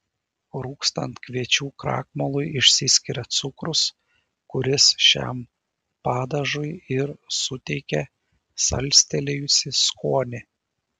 rūgstant kviečių krakmolui išsiskiria cukrus kuris šiam padažui ir suteikia salstelėjusį skonį